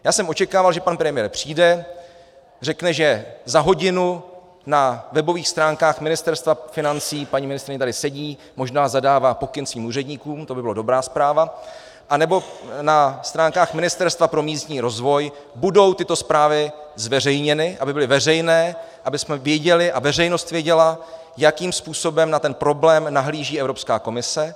Já jsem očekával, že pan premiér přijde, řekne, že za hodinu na webových stránkách Ministerstva financí paní ministryně tady sedí, možná zadává pokyn svým úředníkům, to by byla dobrá zpráva anebo na stránkách Ministerstva pro místní rozvoj budou tyto zprávy zveřejněny, aby byly veřejné, abychom věděli a veřejnost věděla, jakým způsobem na ten problém nahlíží Evropská komise.